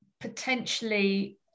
potentially